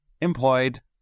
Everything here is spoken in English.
employed